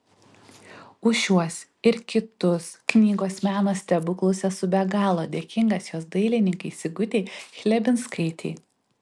už šiuos ir kitus knygos meno stebuklus esu be galo dėkingas jos dailininkei sigutei chlebinskaitei